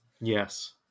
Yes